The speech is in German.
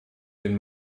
den